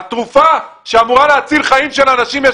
על תרופה שאמורה להציל חיים של אנשים יש